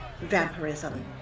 vampirism